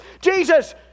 Jesus